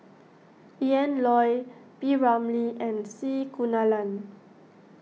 Ian Loy P Ramlee and C Kunalan